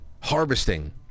harvesting